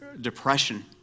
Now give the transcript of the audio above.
depression